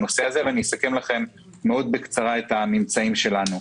אסכם לכם בקצרה רבה מאוד את הממצאים שלנו.